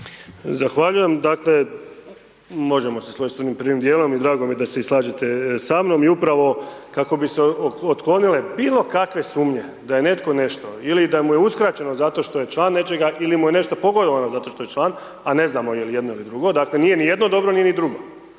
Zahvaljujem, dakle možemo se složit s onim prvim dijelom i drago mi je da se i slažete sa mnom i upravo kako bi se otklonile bilo kakve sumnje da je netko nešto ili da mu je uskraćeno zato što je član nečega ili mu je nešto pogodovano zato što je član, a ne znamo je li jedno ili drugo, dakle nije ni jedno dobro, nije ni drugo.